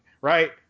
right